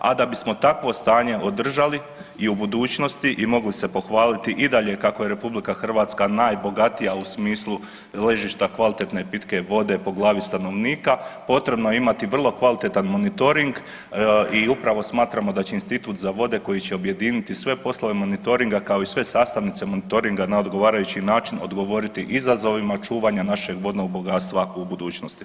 A da bismo takvo stanje održali i u budućnosti i mogli se pohvaliti i dalje kako je RH najbogatija u smislu ležišta kvalitetne pitke vode po glavi stanovnika, potrebno je imati vrlo kvalitetan monitoring i upravo smatramo da će Institut za vode koji će objediniti sve poslove monitoringa kao i sve sastavnice monitoringa na odgovarajući način odgovoriti izazovima čuvanja našeg vodnog bogatstva u budućnosti.